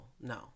no